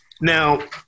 Now